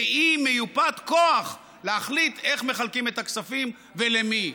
והיא מיופת כוח להחליט איך מחלקים את הכספים ולמי.